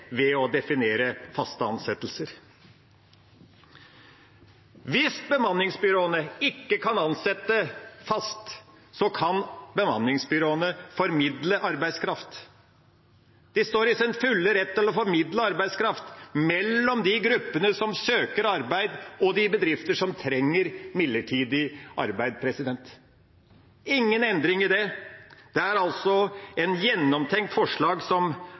ved å definere faste ansettelser. Hvis bemanningsbyråene ikke kan ansette fast, kan bemanningsbyråene formidle arbeidskraft. De står i sin fulle rett til å formidle arbeidskraft mellom de gruppene som søker arbeid, og de bedriftene som trenger midlertidig arbeidskraft. Det er ingen endring i det. Dette er et gjennomtenkt forslag,